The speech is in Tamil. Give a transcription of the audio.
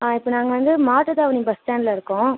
ஆ இப்போ நாங்கள் வந்து மாட்டுத்தாவணி பஸ்ஸ்டாண்டில் இருக்கோம்